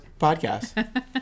podcast